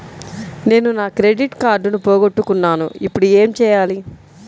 నేను నా క్రెడిట్ కార్డును పోగొట్టుకున్నాను ఇపుడు ఏం చేయాలి?